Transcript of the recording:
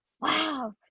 wow